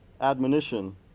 admonition